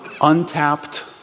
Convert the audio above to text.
untapped